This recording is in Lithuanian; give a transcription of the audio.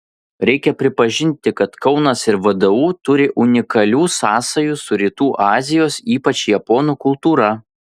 reikia pripažinti kad kaunas ir vdu turi unikalių sąsajų su rytų azijos ypač japonų kultūra